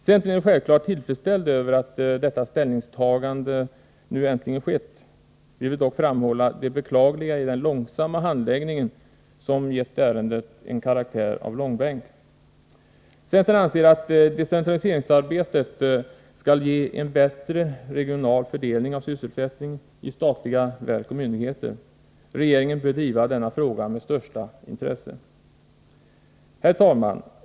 Centern är självfallet tillfredsställd över att detta ställningstagande nu äntligen skett. Vi vill dock framhålla det beklagliga i den långsamma handläggningen, som fått karaktären av långbänk. Centern anser att decentraliseringsarbetet skall ge en bättre regional fördelning av sysselsättningen i statliga verk och myndigheter. Regeringen bör driva denna fråga med största intresse. Herr talman!